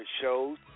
shows